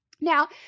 Now